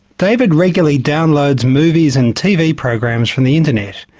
david regularly downloads movies and tv programs from the internet.